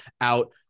out